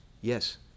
Yes